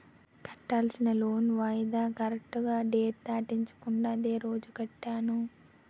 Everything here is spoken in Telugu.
కట్టాల్సిన లోన్ వాయిదా కరెక్టుగా డేట్ దాటించకుండా అదే రోజు కట్టాను